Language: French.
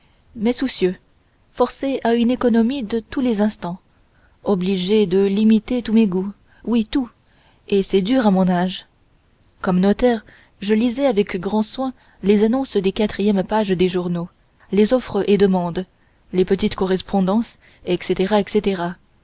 mais soucieux forcé à une économie de tous les instants obligé de limiter tous mes goûts oui tous et c'est dur à mon âge comme notaire je lisais avec grand soin les annonces des quatrièmes pages des journaux les offres et demandes les petites correspondances etc etc